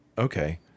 Okay